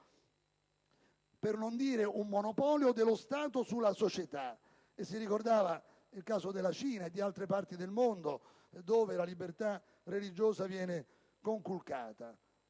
per non dire un monopolio, dello Stato sulla società»: è stato ricordato il caso della Cina o di altre parti del mondo in cui la libertà religiosa viene conculcata.